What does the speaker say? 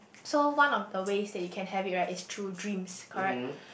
so one of the ways that you can have it right is through dreams correct